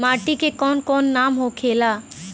माटी के कौन कौन नाम होखे ला?